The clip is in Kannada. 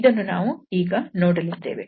ಇದನ್ನು ನಾವು ಈಗ ನೋಡಲಿದ್ದೇವೆ